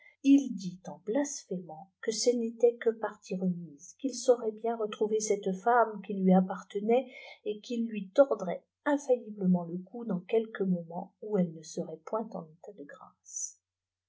il dit en blasphémant que ce n'était qjipajjue refnise qu'il saurait bien retrouver cette femme qui lijii apparjienait et qu'il lui tordrait infailliblement le cou dans j lelq v mopaent où elle ne serait point en état grâce